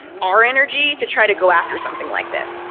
our energy to try to go after something like this.